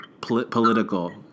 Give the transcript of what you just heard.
political